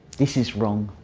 this is wrong.